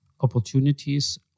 opportunities